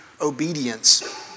obedience